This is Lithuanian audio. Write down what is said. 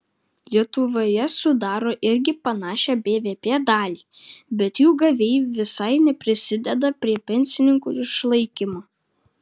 lietuvoje sudaro irgi panašią bvp dalį bet jų gavėjai visai neprisideda prie pensininkų išlaikymo